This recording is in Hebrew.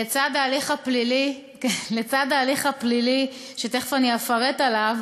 לצד ההליך הפלילי, שתכף אפרט עליו,